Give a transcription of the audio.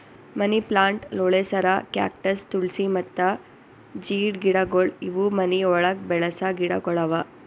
ಮನಿ plant, ಲೋಳೆಸರ, cactus, ತುಳ್ಸಿ ಮತ್ತ ಜೀಡ್ ಗಿಡಗೊಳ್ ಇವು ಮನಿ ಒಳಗ್ ಬೆಳಸ ಗಿಡಗೊಳ್ ಅವಾ